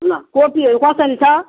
ल कोपीहरू कसरी छ